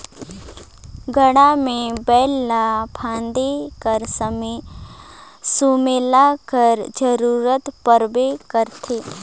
गाड़ा मे बइला ल फादे कर समे सुमेला कर जरूरत परबे करथे